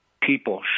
People